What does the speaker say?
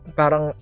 parang